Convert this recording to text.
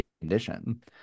condition